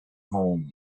home